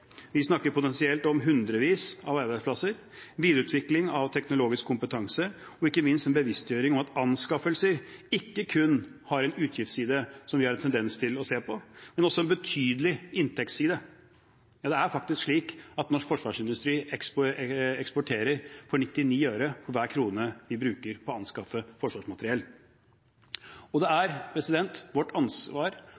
Vi snakker potensielt om hundrevis av arbeidsplasser, videreutvikling av teknologisk kompetanse, og ikke minst en bevisstgjøring om at anskaffelser ikke kun har en utgiftsside, som vi har en tendens til å se på, men også en betydelig inntektsside. Det er faktisk slik at norsk forsvarsindustri eksporterer for 99 øre for hver krone vi bruker på å anskaffe forsvarsmateriell. Det